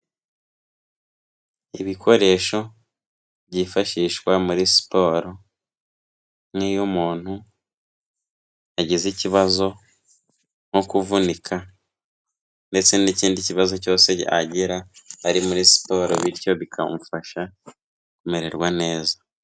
Ibikoresho byifashishwa muri siporo nk'iyo umuntu yagize ikibazo nko kuvunika ndetse n'ikindi kibazo cyose agira ari muri siporo bityo bikamufasha kumererwa neza.